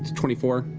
twenty four.